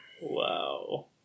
Wow